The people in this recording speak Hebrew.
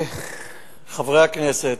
חברי הכנסת,